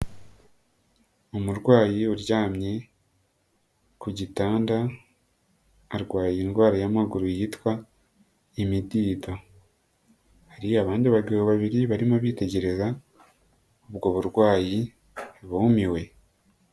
Umurwayi uryamye ku gitanda arwaye indwara y'amaguru yitwa imidida, hari abandi bagabo babiri barimo bitegereza ubwo burwayi bumiwe.